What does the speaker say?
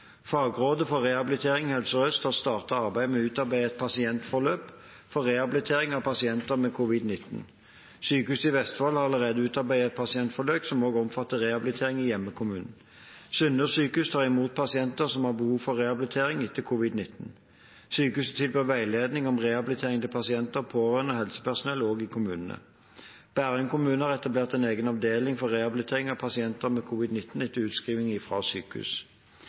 Fagrådet for rehabilitering i Helse Sør-Øst har startet arbeidet med å utarbeide et pasientforløp for rehabilitering av pasienter med covid-19. Sykehuset i Vestfold har allerede utarbeidet et pasientforløp som også omfatter rehabilitering i hjemkommunen. Sunnaas sykehus tar imot pasienter som har behov for rehabilitering etter covid-19. Sykehuset tilbyr veiledning om rehabilitering til pasienter, pårørende og helsepersonell også i kommunene. Bærum kommune har etablert en egen avdeling for rehabilitering av pasienter med covid-19 etter utskriving fra sykehus.